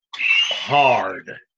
hard